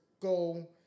Go